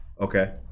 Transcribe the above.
Okay